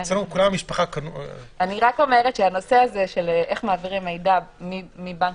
הנושא הזה של איך מעבירים מידע מבנק